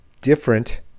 different